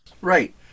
Right